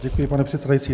Děkuji, pane předsedající.